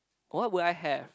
what would I have